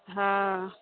हँ